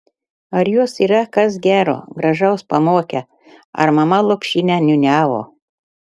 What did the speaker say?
ar juos yra kas gero gražaus pamokę ar mama lopšinę niūniavo